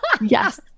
Yes